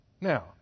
Now